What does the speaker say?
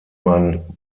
man